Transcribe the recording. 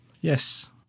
Yes